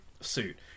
suit